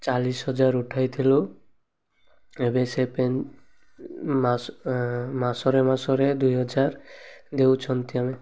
ଚାଳିଶି ହଜାର ଉଠାଇଥିଲୁ ଏବେ ସେ ପେ ମାସ ମାସରେ ମାସରେ ଦୁଇହଜାର ଦେଉଛନ୍ତି ଆମେ